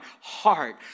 heart